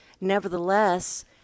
nevertheless